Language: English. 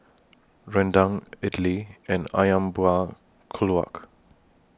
Rendang Idly and Ayam Buah Keluak